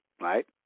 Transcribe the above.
right